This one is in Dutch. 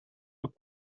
een